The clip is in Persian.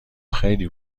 خیلی